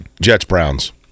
Jets-Browns